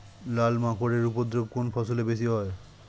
লাল মাকড় এর উপদ্রব কোন ফসলে বেশি হয়?